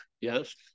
yes